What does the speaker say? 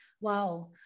wow